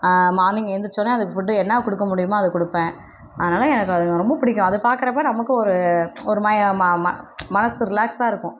morning ஏழுந்திருச்சோன்னே அதுக்கு food என்ன கொடுக்க முடியும் அதை கொடுப்பேன் அதுனால எனக்கு அதுங்களை ரொம்ப பிடிக்கும் அதைப்பாக்குறப்ப நமக்கும் ஒரு ஒரு ம ம மா மனது ரிலாக்ஸாக இருக்கும்